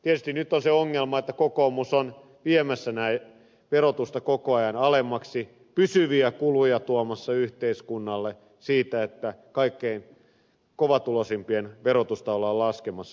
tietysti nyt on se ongelma että kokoomus on viemässä verotusta koko ajan alemmaksi pysyviä kuluja tuomassa yhteiskunnalle siitä että kaikkein kovatuloisimpien verotusta ollaan laskemassa